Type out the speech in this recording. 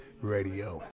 Radio